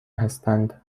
هستند